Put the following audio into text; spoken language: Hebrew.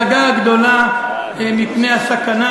הקשבתי פה בקשב רב לדאגה הגדולה מהסכנה